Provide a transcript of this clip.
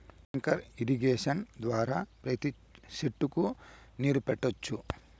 sprinkler irrigation ద్వారా ప్రతి సెట్టుకు నీరు పెట్టొచ్చు